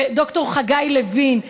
וד"ר חגי לוין,